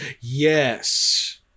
Yes